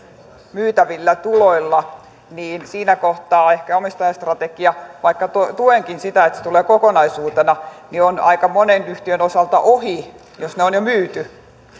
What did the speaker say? myytävillä tuloilla niin siinä kohtaa ehkä omistajastrategia vaikka tuenkin sitä että se tulee kokonaisuutena on aika monen yhtiön osalta ohi jos ne on jo myyty